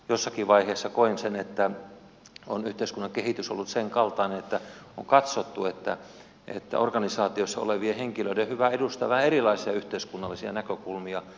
jossakin vaiheessa koin niin että yhteiskunnan kehitys on ollut senkaltainen että on katsottu että organisaatiossa olevien henkilöiden on hyvä edustaa vähän erilaisia yhteiskunnallisia näkökulmia